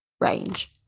range